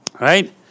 Right